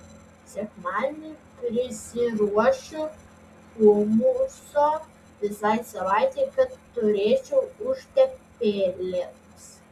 sekmadienį prisiruošiu humuso visai savaitei kad turėčiau užtepėlėms